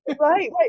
Right